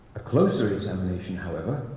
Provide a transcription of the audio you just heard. a closer examination, however,